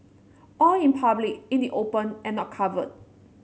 all in public in the open and not covered